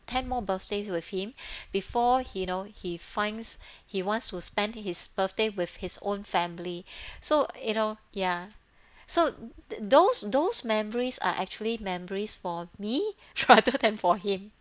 ten more birthdays with him before he know he finds he wants to spend his birthday with his own family so you know ya so the those those memories are actually memories for me rather than for him